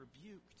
rebuked